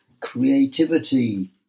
creativity